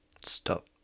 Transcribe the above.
Stop